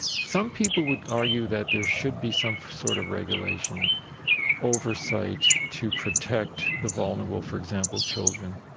some people would argue that there should be some sort of regulation oversight to protect the vulnerable, for example, children,